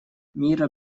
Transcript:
мира